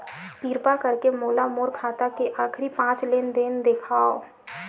किरपा करके मोला मोर खाता के आखिरी पांच लेन देन देखाव